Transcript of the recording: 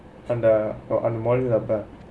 அதே:athe module அப்பே:appe